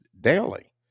daily